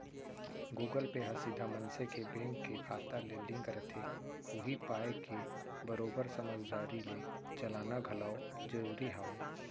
Google pay ह सीधा मनसे के बेंक के खाता ले लिंक रथे उही पाय के बरोबर समझदारी ले चलाना घलौ जरूरी हावय